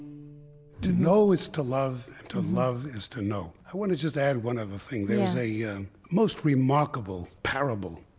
to know is to love and to love is to know. i want to just add one other thing. there's a yeah most remarkable parable,